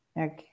Okay